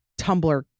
Tumblr